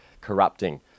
corrupting